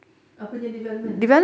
apa punya development